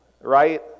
right